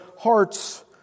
heart's